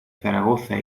zaragoza